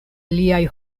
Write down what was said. liaj